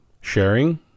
sharing